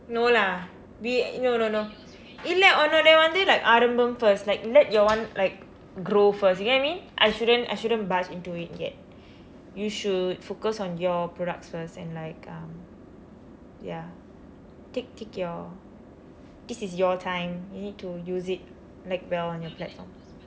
no lah we no no no இல்லை உன்னோட வந்து:illai unnooda vandthu like ஆரம்பம்:aarampaam first like let your [one] like grow first you get what I mean I shouldn't I shouldn't barge into it yet you should focus on your products first and like um ya take take your this is your time you need to use it like well on your platform